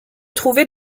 trouver